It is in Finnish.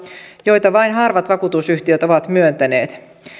joita vain harvat vakuutusyhtiöt ovat myöntäneet